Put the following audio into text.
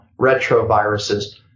retroviruses